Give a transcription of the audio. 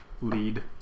lead